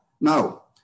Now